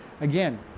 Again